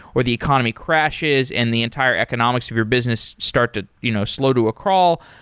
or the economy crashes and the entire economics of your business start to you know slow to a crawl,